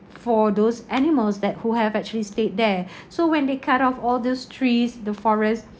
for those animals that who have actually stayed there so when they cut off all these trees the forest